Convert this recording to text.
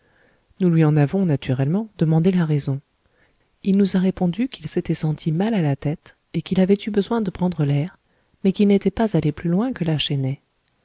nous lui en avons naturellement demandé la raison il nous a répondu qu'il s'était senti mal à la tête et qu'il avait eu besoin de prendre l'air mais qu'il n'était pas allé plus loin que la chênaie